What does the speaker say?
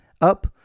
up